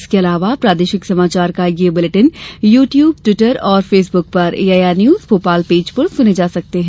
इसके अलावा प्रादेशिक समाचार बुलेटिन यू ट्यूब ट्विटर और फेसबुक पर एआईआर न्यूज भोपाल पेज पर सुने जा सकते हैं